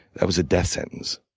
that was a death sentence.